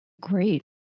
great